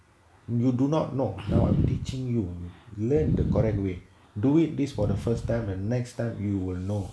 you do not know now I'm teaching you learn the correct way do it this for the first time and next time you will know